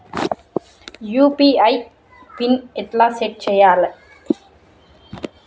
UPI pin ఎట్లా set చేయాలే?